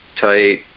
tight